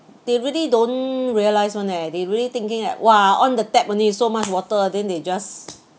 they really don't realise one eh they really thinking that !wah! on the tap only so much water then they just